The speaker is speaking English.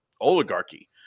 oligarchy